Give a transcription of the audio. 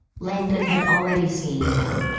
langdon had already seen them.